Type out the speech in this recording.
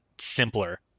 simpler